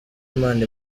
imana